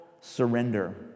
surrender